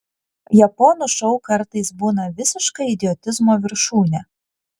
japonų šou kartais būna visiška idiotizmo viršūnė